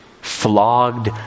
flogged